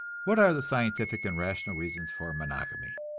what are the scientific and rational reasons for monogamy?